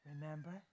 remember